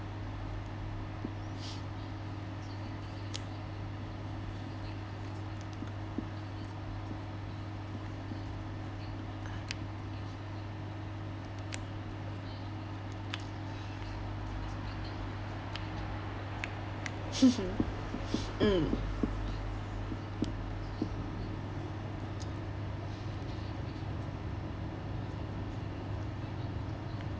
mm